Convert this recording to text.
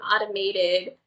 automated